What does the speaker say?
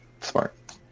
Smart